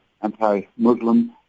anti-Muslim